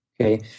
Okay